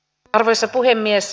arvoisa puhemies